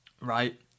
right